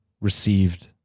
received